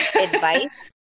advice